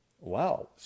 wow